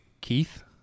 Keith